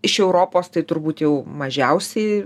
iš europos tai turbūt jau mažiausiai